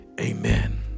Amen